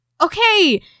okay